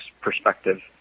perspective